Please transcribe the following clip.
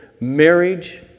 marriage